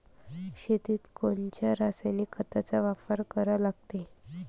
शेतीत कोनच्या रासायनिक खताचा वापर करा लागते?